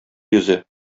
йөзе